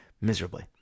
miserably